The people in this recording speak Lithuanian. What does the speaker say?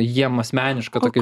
jiem asmeniška tokia